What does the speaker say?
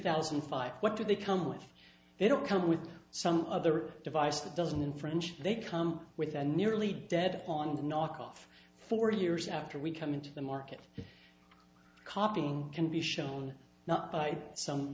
thousand and five what do they come with they don't come with some other device that doesn't infringe they come with a nearly dead on the knock off for years after we come into the market copying can be shown not by some